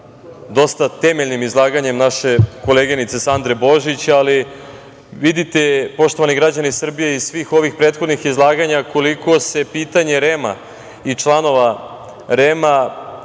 dosta temeljnim izlaganjem naše koleginice Sandre Božić, ali vidite poštovani građani Srbije iz svih ovih prethodnih izlaganja koliko se pitanje REM-a i članova REM-a